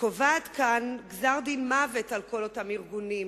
קובעת כאן גזר-דין מוות על כל אותם ארגונים.